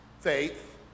faith